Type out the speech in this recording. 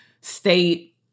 state